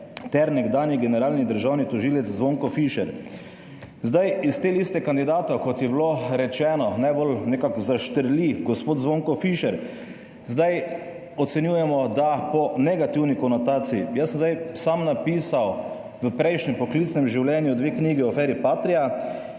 ter nekdanji generalni državni tožilec Zvonko Fišer. Iz te liste kandidatov, kot je bilo rečeno, najbolj nekako zaštrli gospod Zvonko Fišer – ocenjujemo, da po negativni konotaciji. Jaz sem sam napisal v prejšnjem poklicnem življenju dve knjigi o aferi Patria